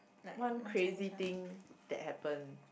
one crazy thing that happened